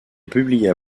publia